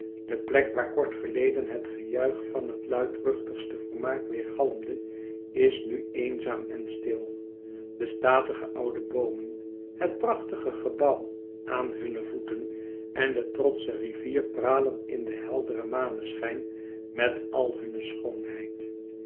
de plek waar kort geleden het gejuich van het luidruchtigste vermaak weergalmde is nu eenzaam en stil de statige oude boomen het prachtige gebouw aan hunne voeten en de trotsche rivier pralen in den helderen maneschijn met al hunne schoonheid